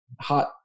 hot